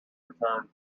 return